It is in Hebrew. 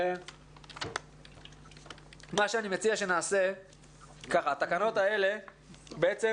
אני מציע שהתקנות האלה בעצם